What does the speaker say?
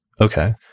Okay